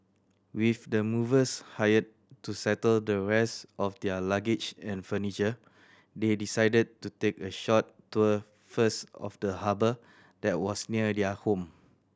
with the movers hired to settle the rest of their luggage and furniture they decided to take a short tour first of the harbour that was near their home